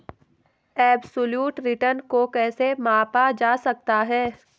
Absolute return को कैसे मापा जा सकता है?